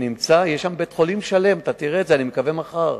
יש שם בית-חולים שלם, אני מקווה שתראה את זה מחר,